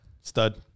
Stud